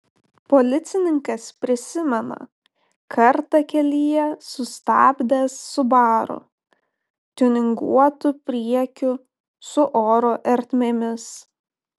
policininkas prisimena kartą kelyje sustabdęs subaru tiuninguotu priekiu su oro ertmėmis